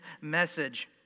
message